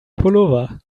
pullover